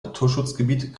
naturschutzgebiet